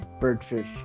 Birdfish